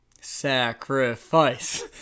Sacrifice